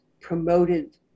promoted